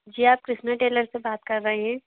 जी आप कृष्ण टेलर से बात कर रहे हैं